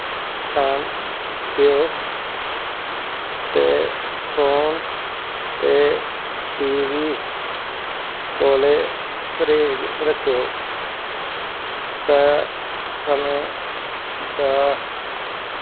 स्थान देओ ते फोन ते टी वी कोले पर्हेज रक्खेओ ते समें दा